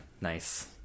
nice